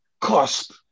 cost